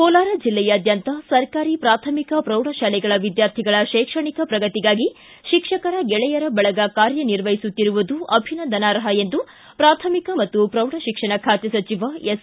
ಕೋಲಾರ ಜಿಲ್ಲೆಯಾದ್ಯಂತ ಸರ್ಕಾರಿ ಪ್ರಾಥಮಿಕ ಪ್ರೌಢಶಾಲೆಗಳ ವಿದ್ಯಾರ್ಥಿಗಳ ಶೈಕ್ಷಣಿಕ ಪ್ರಗತಿಗಾಗಿ ಶಿಕ್ಷಕರ ಗೆಳೆಯರ ಬಳಗ ಕಾರ್ಯ ನಿರ್ವಹಿಸುತ್ತಿರುವುದು ಅಭಿನಂದನಾರ್ಹ ಎಂದು ಪ್ರಾಥಮಿಕ ಮತ್ತು ಪ್ರೌಢ ಶಿಕ್ಷಣ ಖಾತೆ ಸಚಿವ ಎಸ್